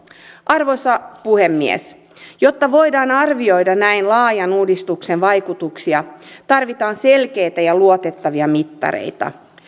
arvoisa puhemies jotta voidaan arvioida näin laajan uudistuksen vaikutuksia tarvitaan selkeitä ja luotettavia mittareita